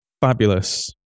fabulous